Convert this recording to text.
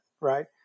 right